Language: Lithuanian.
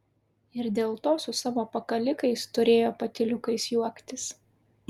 ir dėl to su savo pakalikais turėjo patyliukais juoktis